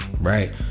Right